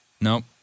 Nope